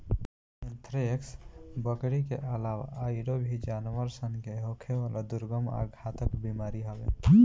anthrax, बकरी के आलावा आयूरो भी जानवर सन के होखेवाला दुर्गम आ घातक बीमारी हवे